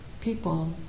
people